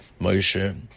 Moshe